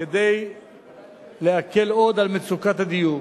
כדי להקל עוד את מצוקת הדיור.